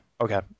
Okay